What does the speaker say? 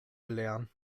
belehren